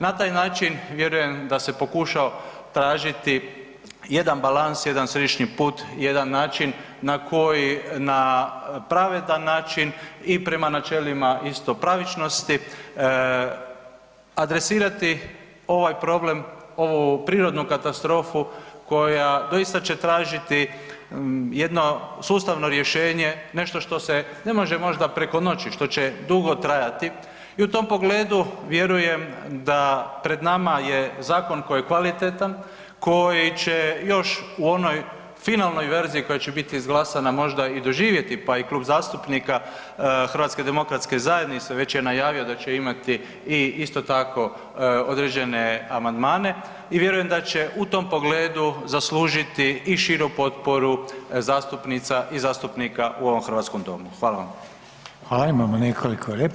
Na taj način vjerujem da se pokušao tražiti jedan balans, jedan središnji put, jedan način na koji na pravedan način i prema načelima istopravičnosti adresirati ovaj problem, ovu prirodnu katastrofu koja doista će tražiti jedno sustavno rješenje, nešto što se ne može možda preko noći, što će dugo trajati i u tom pogledu vjerujem da pred nama je zakon koji je kvalitetan, koji će još u onoj finalnoj verziji koja će biti izglasana, možda i doživjeti pa i Klub zastupnika HDZ-a već je najavio da će imati i isto tako određene amandmane i vjerujem da će u tom pogledu zaslužiti i širu potporu zastupnica i zastupnika u ovom hrvatskom domu.